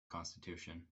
constitution